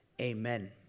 amen